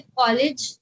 college